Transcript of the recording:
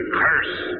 curse